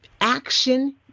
Action